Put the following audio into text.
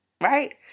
Right